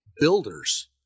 builders